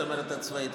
הצמרת הצבאית?